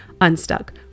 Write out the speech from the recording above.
unstuck